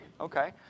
okay